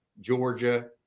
Georgia